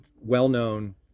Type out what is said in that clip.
well-known